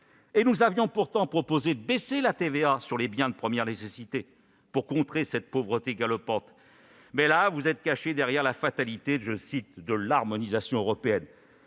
! Nous avions pourtant proposé de baisser la TVA sur les biens de première nécessité pour contrer cette pauvreté galopante, mais vous vous êtes cachés derrière la fatalité de l'« harmonisation européenne